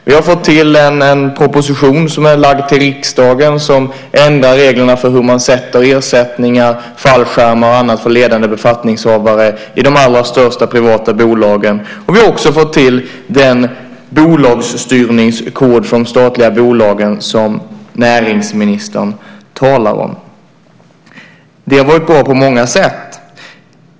Vi har fått till en proposition som är framlagd för riksdagen och som ändrar reglerna för hur man bestämmer ersättningar, fallskärmar och annat för ledande befattningshavare i de allra största privata bolagen, och vi har också fått till den bolagsstyrningskod för de statliga bolagen som näringsministern talar om. Det har varit bra på många sätt.